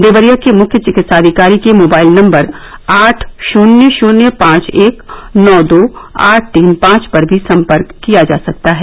देवरिया के मुख्य विकित्साधिकारी के मोबाइल नम्बर आठ शन्य शून्य पांच एक नौ दो आठ तीन पांच पर भी संपर्क किया जा सकता है